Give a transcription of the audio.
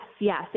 yes